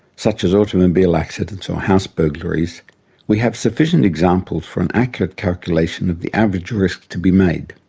such as automobile accidents or house burglaries we have sufficient examples for an accurate calculation of the average risk to be made.